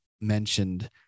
mentioned